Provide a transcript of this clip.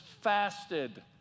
fasted